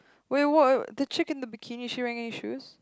wait what what the chick in the bikini is she wearing any shoes